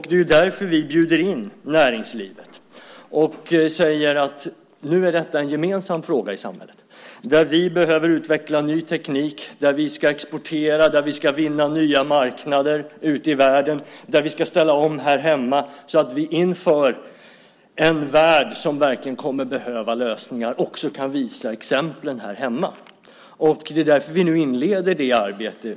Det är därför som vi bjuder in näringslivet och säger att detta nu är en gemensam fråga i samhället, vilket innebär att vi behöver utveckla ny teknik, att vi ska exportera, att vi ska vinna nya marknader ute i världen och att vi ska ställa om här hemma så att vi inför en värld som verkligen kommer att behöva lösningar också kan visa exempel här hemma. Det är därför som vi nu inleder detta arbete.